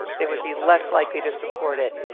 they would be less likely to support it.